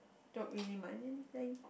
don't really mind anything